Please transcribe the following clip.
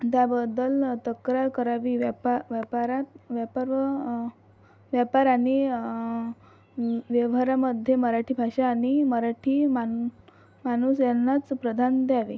त्याबद्दल तक्रार करावी व्यापा व्यापारात व्यापार व व्यापार आणि व्य व्यवहारामध्ये मराठी भाषा आणि मराठी माण माणूस यांनाच प्रधान द्यावे